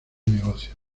negocios